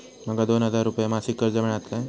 माका दोन हजार रुपये मासिक कर्ज मिळात काय?